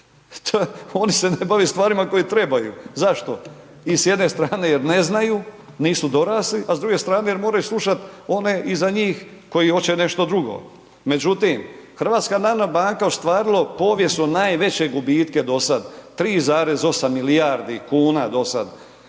Oni se ne bave stvarima kojima trebaju, zašto? I s jedne strane jer ne znaju, nisu dorasli a s druge strane jer moraju slušat one i za njih koji hoće nešto drugo međutim HNB je ostvarila povijesno najveće gubitke dosad, 3,8 milijardi kuna do sad,